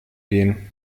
gehen